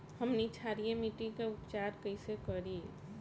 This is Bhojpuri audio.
हमनी क्षारीय मिट्टी क उपचार कइसे करी?